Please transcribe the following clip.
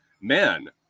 Man